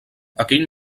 aquell